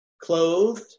clothed